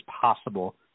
possible